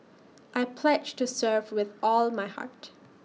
I pledge to serve with all my heart